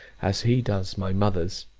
as he does my mother's.